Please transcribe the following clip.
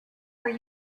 are